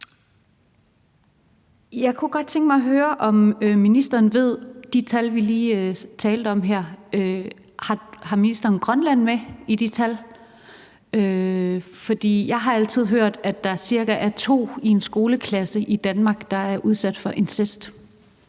Jeg kunne godt tænke mig at høre, om ministeren ved, om de tal, vi lige talte om her, handler mest om Grønland, for jeg har altid hørt, at der cirka er to i en skoleklasse i Danmark, der er udsat for incest.